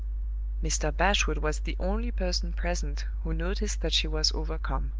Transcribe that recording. mr. bashwood was the only person present who noticed that she was overcome.